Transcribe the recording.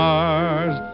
Mars